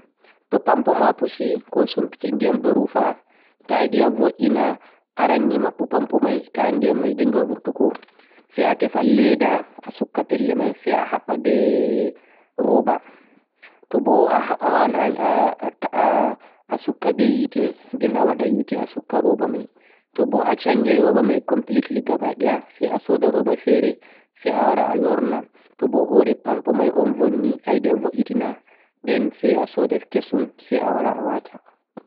Arannii maɓɓu pampo mai ahaɗa ndiyanmai vurtugo, tefu leda a sukka pelle mai sai a haɓɓa be rooba koh a sukka be yeete. Toboo a sanjai rooba mai sai a sooda feere sai a sanja. Toh bo hoore pampo mai on vunnii sai a sooda feere